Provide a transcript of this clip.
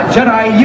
Jedi